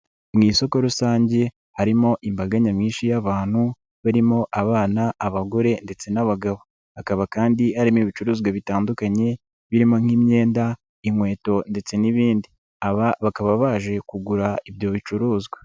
Mu isoko rusange harimo imbaga nyamwinshi y'abantu barimo abana, abagore, ndetse n'abagabo, hakaba kandi harimo ibicuruzwa bitandukanye birimo nk'imyenda, inkweto, ndetse n'ibindi, aba bakaba baje kugura ibyo bicuruzwa.